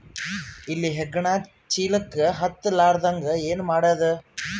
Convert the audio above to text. ಇಲಿ ಹೆಗ್ಗಣ ಚೀಲಕ್ಕ ಹತ್ತ ಲಾರದಂಗ ಏನ ಮಾಡದ?